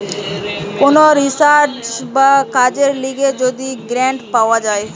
কোন রিসার্চ বা কাজের লিগে যদি গ্রান্ট পাওয়া যায়